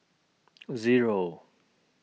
Zero